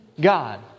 God